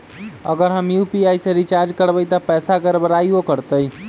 अगर हम यू.पी.आई से रिचार्ज करबै त पैसा गड़बड़ाई वो करतई?